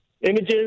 images